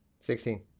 Sixteen